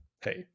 hey